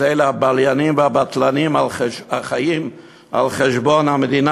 אז אלה הבליינים והבטלנים החיים על חשבון המדינה